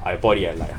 I bought it at like